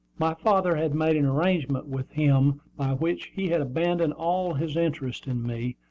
my father had made an arrangement with him by which he had abandoned all his interest in me,